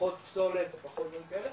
פחות פסולת פחות דברים כאלה